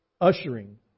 ushering